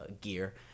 gear